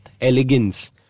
elegance